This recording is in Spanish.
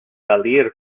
salir